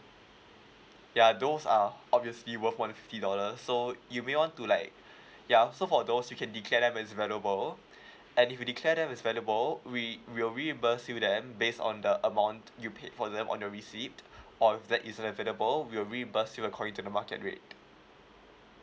yeah those are obviously worth more than fifty dollar so you may want to like yeah so for those you can declare them as valuable and if you declare them as valuable we will reimburse you them based on the amount you paid for them on your receipt or if that is valuable will reimburse you according to the market rate